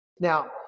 Now